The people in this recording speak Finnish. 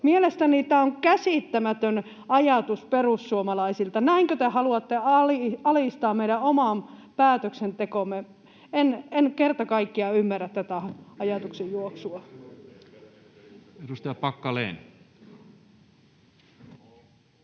Mielestäni tämä on käsittämätön ajatus perussuomalaisilta. Näinkö te haluatte alistaa meidän oman päätöksentekomme? En kerta kaikkiaan ymmärrä tätä ajatuksenjuoksua. [Välihuutoja